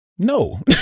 No